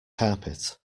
carpet